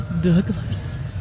Douglas